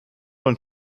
und